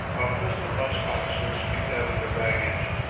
while custom-house officers examine their baggage.